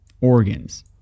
organs